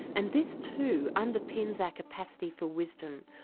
and this, too, underpins our capacity for wisdom,